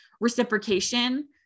reciprocation